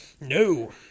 no